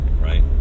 right